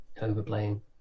overplaying